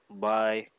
bye